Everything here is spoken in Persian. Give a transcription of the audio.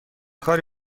کاری